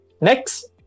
next